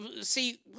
See